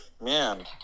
Man